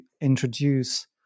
introduce